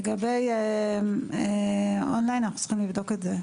לגבי און ליין אנו צריכים לבדוק את זה.